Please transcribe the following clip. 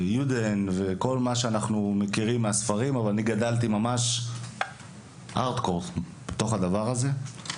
יודן - וכל מה שאנחנו מכירים מהספרים אבל אני גדלתי ממש בתוך הדבר הזה.